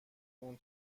اون